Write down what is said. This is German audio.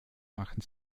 machen